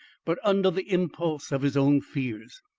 but under the impulse of his own fears.